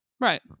Right